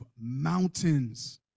mountains